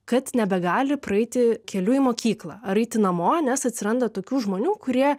kad nebegali praeiti keliu į mokyklą ar eiti namo nes atsiranda tokių žmonių kurie